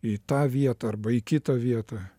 į tą vietą arba į kitą vietą